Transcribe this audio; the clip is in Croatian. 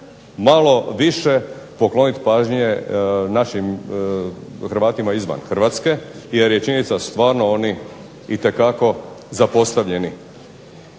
malo više pokloniti pažnje našim Hrvatima izvan Hrvatske jer je činjenica stvarno oni itekako zapostavljeni.